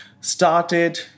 started